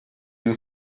you